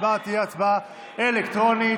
ההצבעה תהיה הצבעה אלקטרונית.